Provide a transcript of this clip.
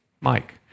Mike